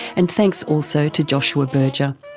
and thanks also to joshua berger.